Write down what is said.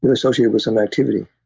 you associate it with some activity.